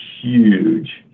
huge